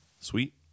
Sweet